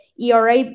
ERA